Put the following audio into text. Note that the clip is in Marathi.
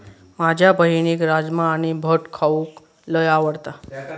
माझ्या बहिणीक राजमा आणि भट खाऊक लय आवडता